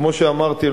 כמו שאמרתי,